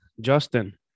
Justin